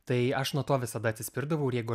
tai aš nuo to visada atsispirdavau ir jeigu